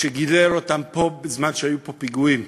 ושגידל אותן פה בזמן שהיו פה פיגועים,